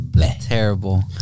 terrible